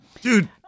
Dude